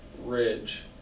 ridge